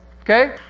okay